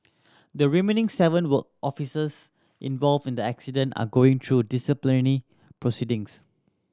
the remaining seven were officers involved in the incident are going through disciplinary proceedings